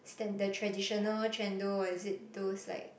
stand the traditional Chendol or is it those like